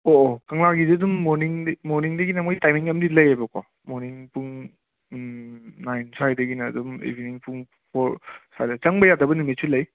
ꯑꯣ ꯑꯣ ꯀꯪꯂꯥꯒꯤꯖꯦ ꯑꯗꯨꯝ ꯃꯣꯔꯅꯤꯡꯗꯩ ꯃꯣꯔꯅꯤꯡꯗꯒꯤꯅ ꯃꯣꯏꯒꯤ ꯇꯥꯏꯃꯤꯡ ꯑꯃꯗꯤ ꯂꯩꯌꯦꯕꯀꯣ ꯃꯣꯔꯅꯤꯡ ꯄꯨꯡ ꯅꯥꯏꯟ ꯁ꯭ꯋꯥꯏꯗꯒꯤꯅ ꯑꯗꯨꯝ ꯏꯕꯅꯤꯡ ꯄꯨꯡ ꯐꯣꯔ ꯁ꯭ꯋꯥꯏꯗ ꯆꯪꯕ ꯌꯥꯗꯕ ꯅꯨꯃꯤꯠꯁꯨ ꯂꯩ